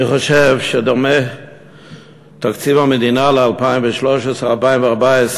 אני חושב שדומה תקציב המדינה ל-2013 ו-2014,